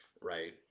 right